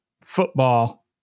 football